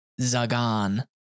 Zagan